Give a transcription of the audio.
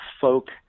folk